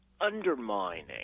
undermining